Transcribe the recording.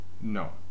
No